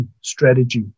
strategy